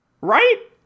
Right